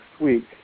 week